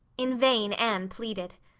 in vain anne pleaded.